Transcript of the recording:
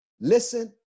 Listen